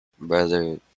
brother